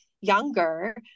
younger